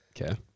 okay